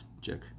check